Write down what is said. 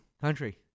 Country